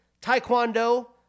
taekwondo